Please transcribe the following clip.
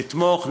נתמוך,